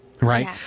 right